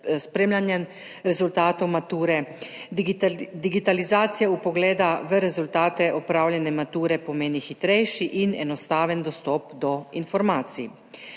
spremljanjem rezultatov mature. Digitalizacija vpogleda v rezultate opravljene mature pomeni hitrejši in enostaven dostop do informacij.